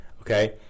okay